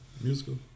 musical